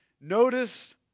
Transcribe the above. Notice